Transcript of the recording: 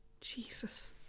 Jesus